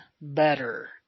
better